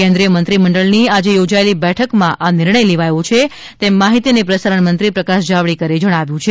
કેન્દ્રિય મંત્રી મંડળ ની આજે યોજાયેલી બેઠક માં નિર્ણય લેવાયો છે તેમ માહિતી અને પ્રસારણ મંત્રી પ્રકાશ જાવડેકરે જણાવ્યુ છે